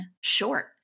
short